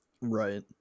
right